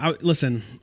Listen